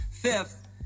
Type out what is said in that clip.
Fifth